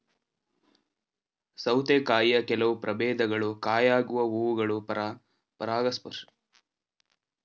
ಸೌತೆಕಾಯಿಯ ಕೆಲವು ಪ್ರಭೇದಗಳು ಕಾಯಾಗುವ ಹೂವುಗಳು ಪರಾಗಸ್ಪರ್ಶವಿಲ್ಲದೆಯೇ ಬೀಜರಹಿತ ಹಣ್ಣನ್ನು ಸೃಷ್ಟಿಸ್ತವೆ